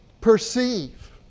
perceive